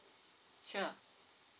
sure